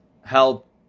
help